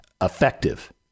effective